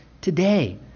today